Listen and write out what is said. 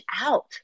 out